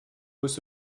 holst